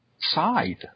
side